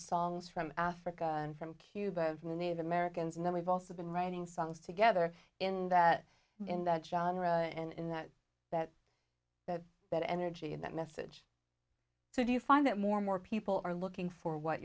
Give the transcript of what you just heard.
songs from africa and from cuba of native americans and then we've also been writing songs together in that in that genre and in that that that that energy and that message so do you find that more and more people are looking for what